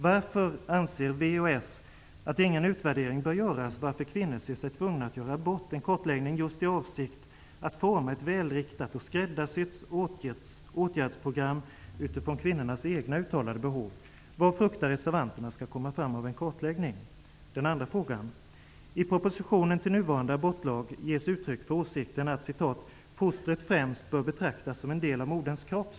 Socialdemokraterna att ingen utvärdering bör göras om varför kvinnor ser sig tvungna att göra abort, dvs. en kartläggning just med avsikt att forma ett välriktat och skräddarsytt åtgärdsprogram utifrån kvinnornas egna uttalade behov? Vad är det reservanterna fruktar skall komma fram genom en kartläggning? 60, ges uttryck för åsikten att ''fostret främst bör betraktas som en del av moderns kropp''.